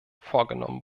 vorgenommen